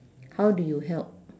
how do you help